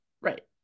Right